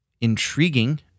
intriguing